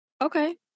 Okay